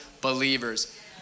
believers